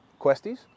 questies